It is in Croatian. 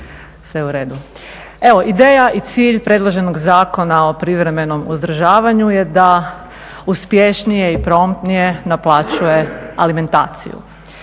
Sve u redu. Evo, ideja i cilj predloženo Zakona o privremenom uzdržavanju je da uspješnije i promptnije naplaćuje alimentaciju.